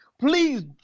Please